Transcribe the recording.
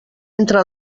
entra